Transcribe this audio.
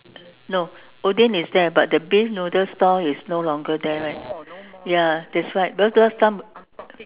no Odean is there but the beef noodle store is no longer there leh ya that's right because last time